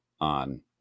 on